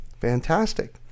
fantastic